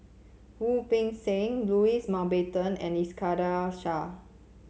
Wu Peng Seng Louis Mountbatten and Iskandar Shah